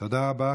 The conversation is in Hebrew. תודה רבה.